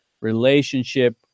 relationship